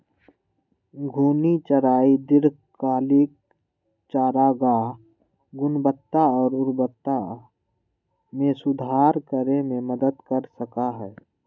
घूर्णी चराई दीर्घकालिक चारागाह गुणवत्ता और उर्वरता में सुधार करे में मदद कर सका हई